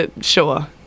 Sure